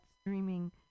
streaming